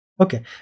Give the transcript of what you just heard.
okay